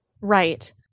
Right